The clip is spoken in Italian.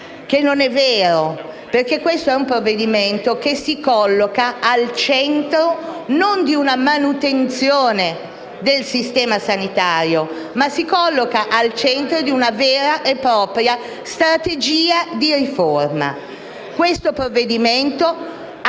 non è vero, perché questo è un provvedimento che si colloca al centro non di una manutenzione del sistema sanitario, ma di una vera e propria strategia di riforma. Questo provvedimento,